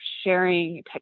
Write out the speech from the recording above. sharing